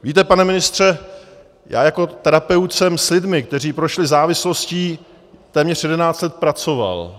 Víte, pane ministře, já jako terapeut jsem s lidmi, kteří prošli závislostí, téměř jedenáct let pracoval.